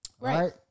right